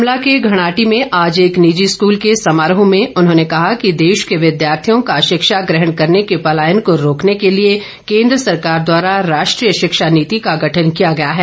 शिमला के घणाहट्टी में आज एक निजी स्कूल के समारोह में उन्होंने कहा कि देश के विद्यार्थियों का शिक्षा ग्रहण करने के पलायन को रोकने के लिए केन्द्र सरकार द्वारा राष्ट्रीय शिक्षा नीति का गठन किया गया है